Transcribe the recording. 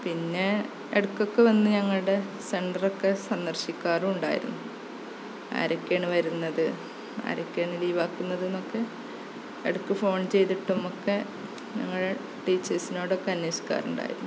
പിന്നെ ഇടയ്ക്കൊക്കെ വന്ന് ഞങ്ങളുടെ സെന്റെറൊക്കെ സന്ദര്ശിക്കാറും ഉണ്ടായിരുന്നു ആരൊക്കെയാണ് വരുന്നത് ആരൊക്കെയാണ് ലീവാക്കുന്നത് എന്നൊക്കെ ഇടയ്ക്ക് ഫോണ് ചെയ്തിട്ടുമൊക്കെ ഞങ്ങളുടെ ടീചെഴ്സിനോടോക്കെ അന്വേഷിക്കാറുണ്ടായിരുന്നു